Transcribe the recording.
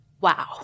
wow